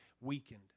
weakened